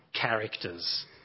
characters